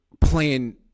playing